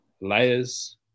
layers